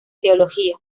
teología